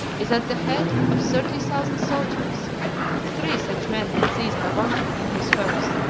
is at the head of thirty thousand soldiers three such men as these are wanting in his host